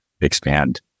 expand